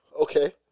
Okay